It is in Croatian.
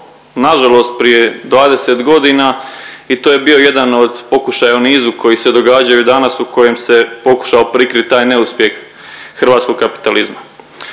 nažalost prije 20.g. i to je bio jedan od pokušaja u nizu koji se događaju danas u kojem se pokušao prikrit taj neuspjeh hrvatskog kapitalizma.